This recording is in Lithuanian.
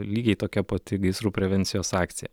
lygiai tokia pati gaisrų prevencijos akcija